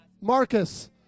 Marcus